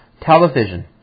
Television